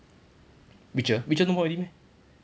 witcher witcher no more already meh